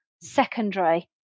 secondary